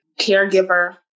caregiver